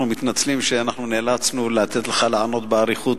אנחנו מתנצלים שאנחנו נאלצנו לתת לך לענות באריכות,